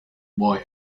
boy